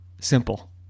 Simple